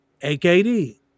AKD